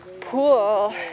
pool